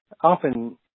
often